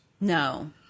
No